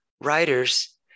writers